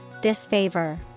disfavor